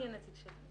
אני הנציגה.